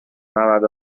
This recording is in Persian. ممد